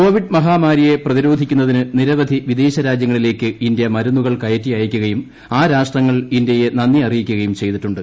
Covid മഹാമാരിയെ പ്രതിരോ്ധിക്കുന്നതിന് നിരവധി വിദേശ രാജ്യങ്ങളിലേക്ക് ഇന്ത്യ ക്മിരു്ത്യുകൾ കയറ്റി അയക്കുകയും ആ രാഷ്ട്രങ്ങൾ ഇന്ത്യയ്ക്കു അറിയിക്കുകയും ചെയ്തിട്ടുണ്ട്